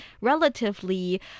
relatively